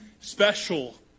special